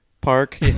park